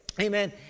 Amen